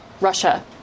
Russia